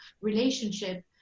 relationship